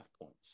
points